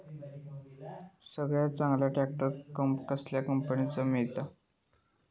सगळ्यात चांगलो ट्रॅक्टर कसल्या कंपनीचो मिळता?